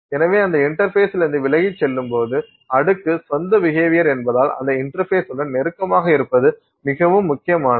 எனவே அந்த இன்டர்பேஸ்லிருந்து விலகிச் செல்லும்போது அடுக்கு சொந்த பிஹேவியர் என்பதால் அந்த இன்டர்பேஸ் உடன் நெருக்கமாக இருப்பது மிகவும் முக்கியமானது